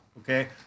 okay